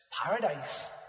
paradise